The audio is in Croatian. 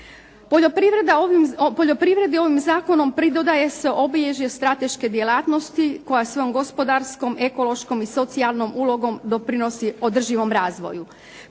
Poljoprivredi ovim zakonom pridodaje se obilježje strateške djelatnosti koja svojom gospodarskom, ekološkom i socijalnom ulogom doprinosi održivom razvoju.